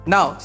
Now